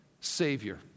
Savior